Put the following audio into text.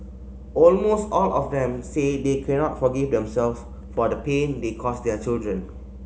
almost all of them say they cannot forgive themselves for the pain they cause their children